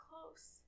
close